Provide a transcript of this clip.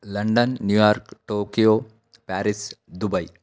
London New York Tokyo Paris Dubai